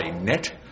net